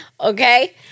Okay